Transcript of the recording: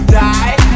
die